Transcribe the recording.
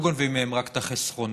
לא גונבים מהם רק את החסכונות,